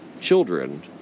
children